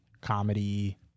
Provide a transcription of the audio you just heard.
comedy